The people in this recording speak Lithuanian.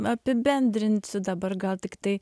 apibendrinsiu dabar gal tiktai